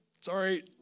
sorry